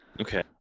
Okay